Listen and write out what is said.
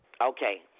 Okay